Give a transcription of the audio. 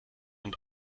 und